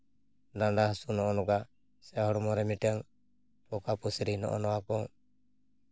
ᱰᱟᱸᱰᱟ ᱦᱟᱹᱥᱩ ᱱᱚᱜᱼᱚ ᱱᱚᱝᱠᱟ ᱥᱮ ᱦᱚᱲᱢᱚ ᱨᱮ ᱢᱤᱫᱴᱮᱱ ᱚᱠᱟ ᱯᱩᱥᱨᱤ ᱱᱚᱜᱼᱚ ᱱᱟ ᱠᱚ